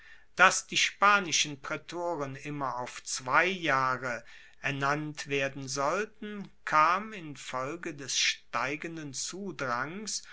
dass die spanischen praetoren immer auf zwei jahre ernannt werden sollten kam infolge des steigenden zudrangs